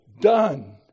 done